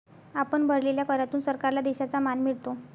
आपण भरलेल्या करातून सरकारला देशाचा मान मिळतो